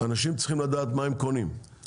אנשים צריכים לדעת מה הם קונים,